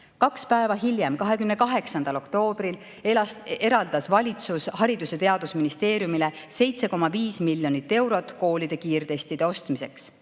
Kaks päeva hiljem, 28. oktoobril eraldas valitsus Haridus‑ ja Teadusministeeriumile 7,5 miljonit eurot koolide kiirtestide ostmiseks.